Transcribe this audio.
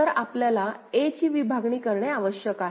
तर आपल्याला a ची विभागणी करणे आवश्यक आहे